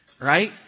right